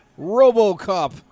Robocop